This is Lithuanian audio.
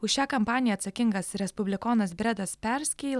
už šią kampaniją atsakingas respublikonas bretas perskeil